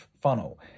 funnel